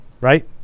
right